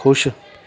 ਖੁਸ਼